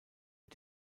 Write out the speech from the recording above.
mit